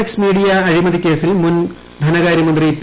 X media അഴിമതിക്കേസിൽ മുൻ ധനകാര്യമന്ത്രി പി